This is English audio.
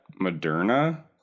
Moderna